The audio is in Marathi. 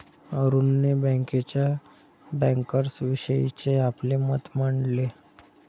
अरुणने बँकेच्या बँकर्सविषयीचे आपले मत मांडले